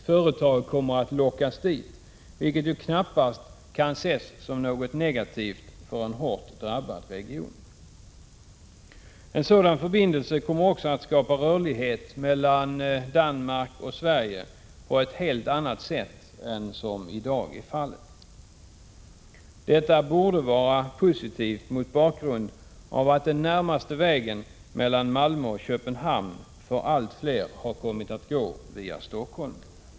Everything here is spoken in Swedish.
Företag kommer att lockas dit, vilket knappast kan ses som något negativt för en hårt drabbad region. En sådan förbindelse kommer också att skapa rörlighet mellan Danmark och Sverige på ett helt annat sätt än som i dag är fallet. Detta borde vara positivt mot bakgrund av att den närmaste vägen mellan Malmö och Köpenhamn för allt fler har kommit att gå via Stockholm.